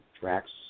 tracks